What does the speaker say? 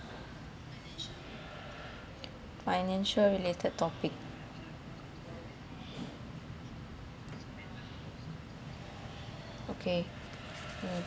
financial related topic okay mm